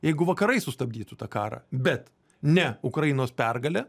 jeigu vakarai sustabdytų tą karą bet ne ukrainos pergale